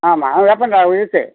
ஆமாம் ஆ வேப்பந்தழை இருக்குது